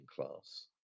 class